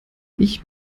ich